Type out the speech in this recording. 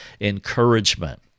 encouragement